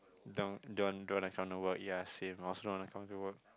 don't don't don't I come over boss yes say boss you want to come over